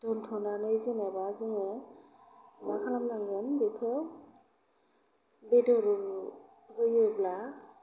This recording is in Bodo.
दोन्थ'नानै जेनोबा जोङो मा खालामनांगोन बेखौ बेदर होयोब्ला